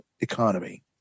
economy